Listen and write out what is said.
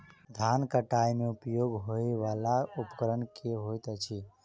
धान कटाई मे उपयोग होयवला उपकरण केँ होइत अछि?